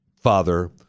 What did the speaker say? father